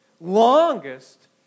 longest